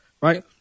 Right